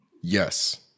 Yes